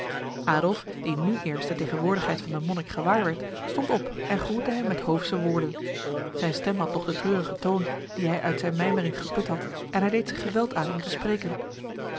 die nu eerst de tegenwoordigheid van de monnik gewaar werd stond op en groette hem met hoofse woorden zijn stem had nog de treurige toon die hij uit zijn mijmering geput had en hij deed zich geweld aan om te spreken